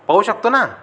पाहू शकतो ना